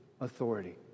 Authority